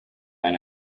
and